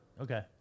Okay